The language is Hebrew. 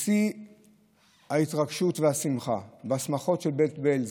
בשיא ההתרגשות והשמחה והשמחות של בית בעלז,